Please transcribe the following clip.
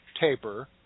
taper